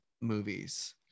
movies